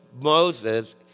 Moses